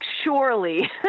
Surely